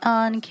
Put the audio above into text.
on